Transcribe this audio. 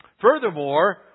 Furthermore